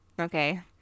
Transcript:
okay